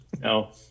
No